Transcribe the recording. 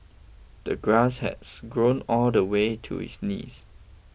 the grass has grown all the way to his knees